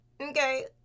okay